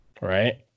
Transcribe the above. Right